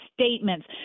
statements